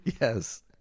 Yes